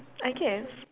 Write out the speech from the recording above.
I guess